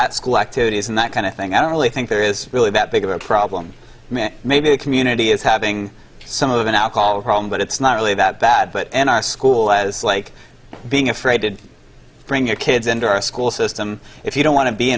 school activities and that kind of thing i don't really think there is really that bigger problem maybe the community is having some of an alcohol problem but it's not really that bad but in our school as like being afraid to bring your kids into our school system if you don't want to be